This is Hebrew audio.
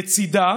לצידה,